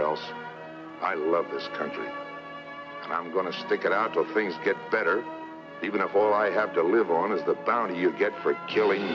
else i love this country and i'm going to stick it out or things get better even if all i have to live on is the bounty you get for killing